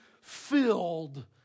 filled